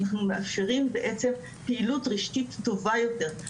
אנחנו מאפשרים בעצם פעילות רשתית טובה יותר,